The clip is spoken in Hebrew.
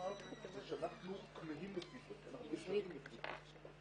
זה שאנחנו כמהים לפידבק לכן